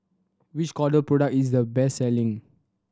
which Kordel product is the best selling